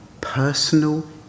personal